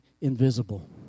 invisible